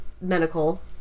medical